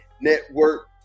network